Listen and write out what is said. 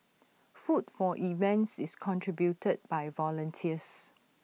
food for events is contributed by volunteers